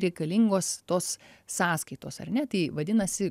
reikalingos tos sąskaitos ar ne tai vadinasi